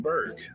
Berg